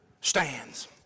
stands